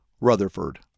Rutherford